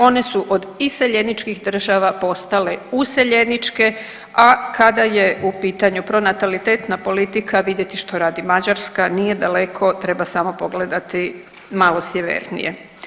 One su od iseljeničkih države postale useljeničke, a kada je u pitanju pronatalitetna politika vidjeti što radi Mađarska, nije daleko treba samo pogleda malo sjevernije.